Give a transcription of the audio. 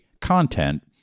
content